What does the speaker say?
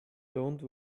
don’t